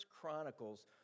Chronicles